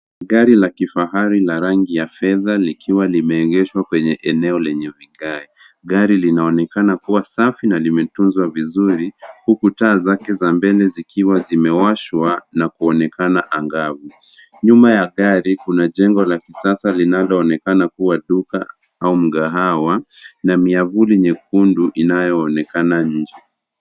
Gari la kifahari la rangi ya fedha likiwa limeegeshwa kwenye eneo lenye vigae. Gari linaonekana kuwa safi na limetunzwa vizuri huku taa zake za mbele zikiwa zimewashwa na kuonekana angavu. Nyuma ya gari kuna jengo la kisasa linaloonekana kuwa duka au mkahawa na miavuli nyekundu inayoonekana nje.